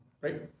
Right